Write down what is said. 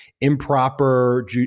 improper